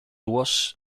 was